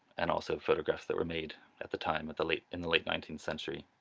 and also photographs that were made at the time at the late in the late nineteenth century.